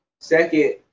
second